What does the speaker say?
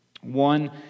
One